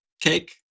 cake